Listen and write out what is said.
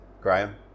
Graham